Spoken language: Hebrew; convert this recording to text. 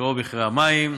ובקרוב מחירי המים והחשמל.